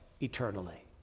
eternally